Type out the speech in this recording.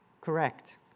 Correct